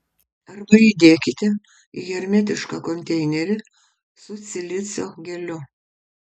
arba įdėkite į hermetišką konteinerį su silicio geliu